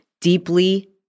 deeply